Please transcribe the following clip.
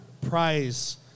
prize